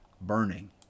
burning